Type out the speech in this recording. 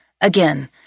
again